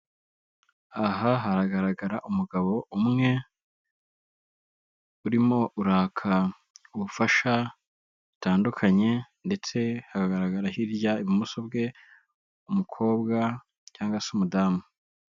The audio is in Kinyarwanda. Aha haragaragara umugabo umwe, urimo uraka ubufasha butandukanye ndetse hakagaragara hirya ibumoso bwe umukobwa cyangwa se umudamu.